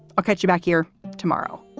i'll catch you back here tomorrow